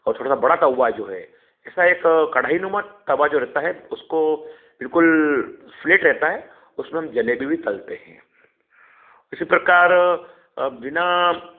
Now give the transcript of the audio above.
और थोड़ा सा बड़ा तउवा जो है ऐसा एक कड़ाहीनुमा तवा जो रहता है उसको बिलकुल फ्लेट रहता है उसमें हम जलेबी भी तलते हैं उसी प्रकार बिना